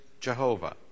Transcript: Jehovah